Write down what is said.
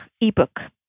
ebook